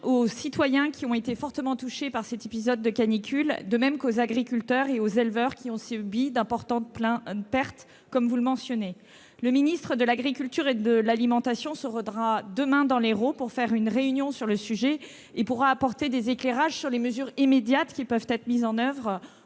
aux citoyens fortement touchés par cet épisode de canicule, de même qu'aux agriculteurs et aux éleveurs ayant subi d'importantes pertes. Le ministre de l'agriculture et de l'alimentation se rendra demain dans l'Hérault pour mener une réunion sur ce sujet. Il pourra apporter des éclairages sur les mesures immédiates qui peuvent être mises en oeuvre